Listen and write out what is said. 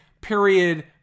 period